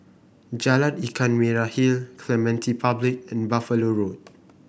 Jalan Ikan Merah Hill Clementi Public and Buffalo Road